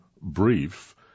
brief